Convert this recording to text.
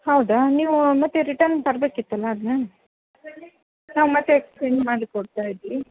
ಹೌದಾ ನೀವು ಮತ್ತು ರಿಟನ್ ತರ್ಬೇಕಿತ್ತಲ್ಲ ಅದನ್ನೆ ನಾವು ಮತ್ತು ಎಕ್ಸ್ಚೇಂಜ್ ಮಾಡಿ ಕೊಡ್ತಾ ಇದ್ವಿ